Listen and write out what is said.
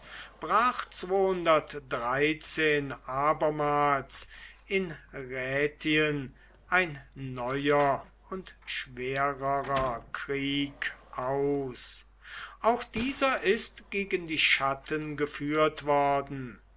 brach in rätien ein neuer und schwererer krieg aus auch dieser ist gegen die chatten geführt worden